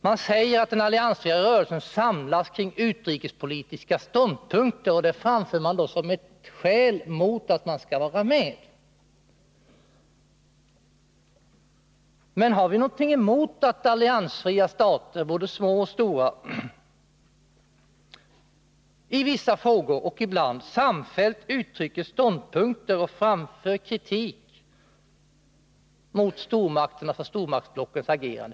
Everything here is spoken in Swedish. Man säger att den alliansfria rörelsen samlas kring utrikespolitiska ståndpunkter, och det framför man som ett skäl mot att vara med i den. Men har vi någonting emot att älliansfria stater, både små och stora, i vissa frågor och ibland samfällt uttrycker sina synpunkter och framför kritik mot stormakternas och stormaktsblockens agerande?